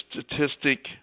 statistic